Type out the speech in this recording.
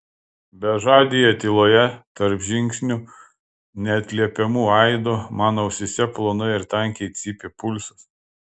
bežadėje tyloje tarp žingsnių neatliepiamų aido man ausyse plonai ir tankiai cypė pulsas